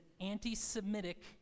anti-Semitic